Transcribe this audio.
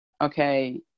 okay